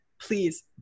please